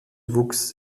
wuchs